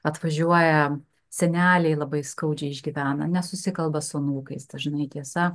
atvažiuoja seneliai labai skaudžiai išgyvena nesusikalba su anūkais dažnai tiesa